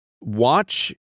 watch